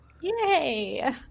Yay